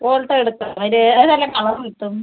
Alto എടുത്താൽ അതിൽ ഏതെല്ലാം കളർ കിട്ടും